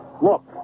Look